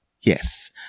Yes